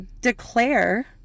declare